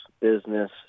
business